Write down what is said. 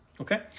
okay